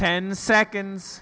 ten seconds